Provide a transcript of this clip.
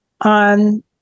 on